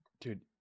dude